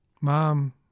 Mom